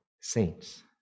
saints